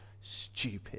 stupid